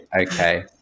Okay